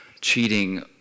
cheating